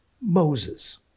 Moses